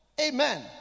Amen